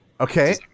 Okay